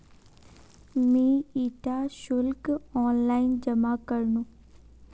मी इटा शुल्क ऑनलाइन जमा करनु